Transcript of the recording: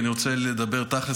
כי אני רוצה לדבר תכלס,